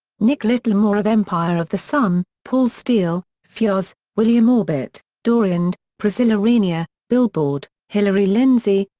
nick littlemore of empire of the sun, paul steel, fryars, william orbit, doriand, priscilla renea, billboard, hillary lindsey,